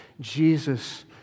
Jesus